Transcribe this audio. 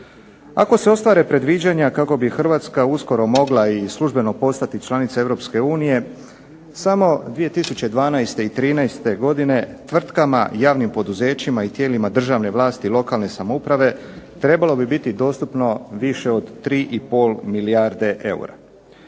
Ako se ostvare predviđanja kako bi Hrvatska uskoro mogla i službeno postati članica EU samo 2012. i 2013. godine tvrtkama, javnim poduzećima i tijelima državne vlasti i lokalne samouprave trebalo bi biti dostupno više od 3,5 milijarde eura.